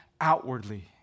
outwardly